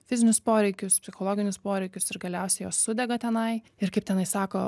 fizinius poreikius psichologinius poreikius ir galiausiai jos sudega tenai ir kaip tenai sako